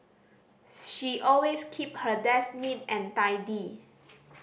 she always keep her desk neat and tidy